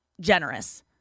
generous